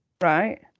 right